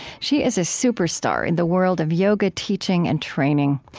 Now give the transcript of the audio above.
she is a superstar in the world of yoga teaching and training.